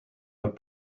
would